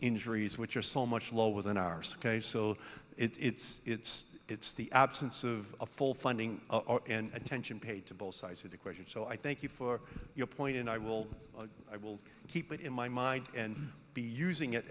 injuries which are so much lower than ours ok so it's it's it's the absence of a full funding and attention paid to both sides of the question so i thank you for your point and i will i will keep it in my mind and be using it